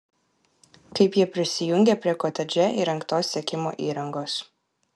kaip jie prisijungė prie kotedže įrengtos sekimo įrangos